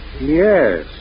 Yes